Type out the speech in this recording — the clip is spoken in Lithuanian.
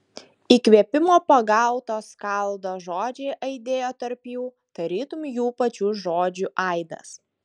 įkvėpimo pagauto skaldo žodžiai aidėjo tarp jų tarytum jų pačių žodžių aidas